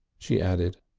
she added.